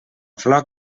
flor